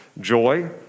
joy